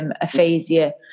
aphasia